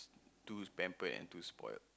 too pampered and too spoilt